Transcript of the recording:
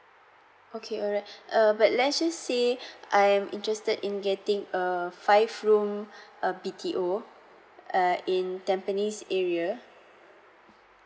okay alright uh but let's just see I'm interested in getting a five room err B_T_O err in tampines area